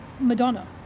Madonna